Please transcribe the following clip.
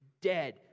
dead